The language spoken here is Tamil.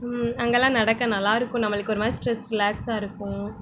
அங்கேலாம் நடக்க நல்லா இருக்கும் நம்மளுக்கு ஒருமாதிரி ஸ்ட்ரெஸ் ரிலாக்ஸாக இருக்கும்